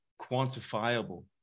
quantifiable